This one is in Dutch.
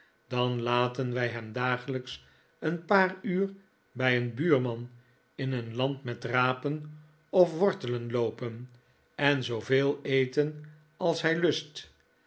dan laten wij hem dagelijks een paar uur bij een buurman in een land met rapen of wortelen loopen en zooveel eten als hij lust